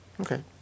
okay